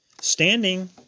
Standing